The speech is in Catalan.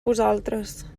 vosaltres